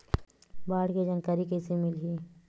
बाढ़ के जानकारी कइसे मिलही?